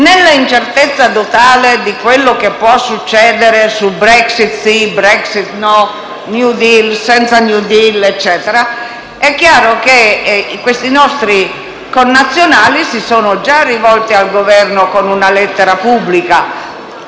Nell'incertezza totale su quello che può succedere (Brexit sì o Brexit no, *deal* o *no deal*), è chiaro che questi nostri connazionali si sono già rivolti al Governo con una lettera pubblica